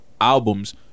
Albums